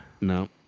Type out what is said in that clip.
No